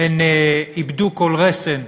איבדו כל רסן